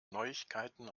neuigkeiten